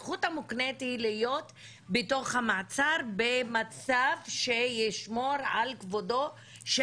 הזכות המוקנית היא להיות בתוך המעצר במצב שישמור על כבודו של